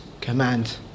command